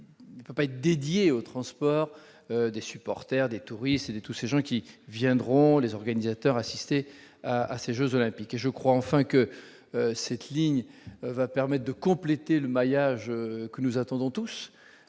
parler peut pas être dédié au transport des supporters des touristes et tous ces gens qui viendront les organisateurs assister à ces Jeux olympiques, et je crois enfin que cette ligne va permettent de compléter le maillage que nous attendons tous